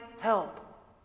help